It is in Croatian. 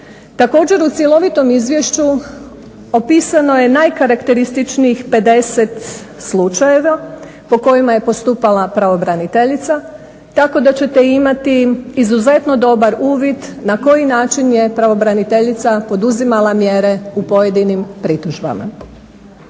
Također, u cjelovitom izvješću opisano je najkarakterističnijih 50 slučajeva po kojima je postupala pravobraniteljica tako da ćete imati izuzetno dobar uvid na koji način je pravobraniteljica poduzimala mjere u pojedinim pritužbama.